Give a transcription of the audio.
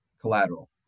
collateral